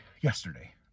yesterday